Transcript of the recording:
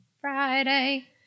Friday